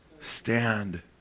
stand